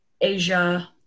Asia